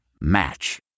Match